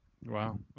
Wow